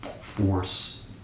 Force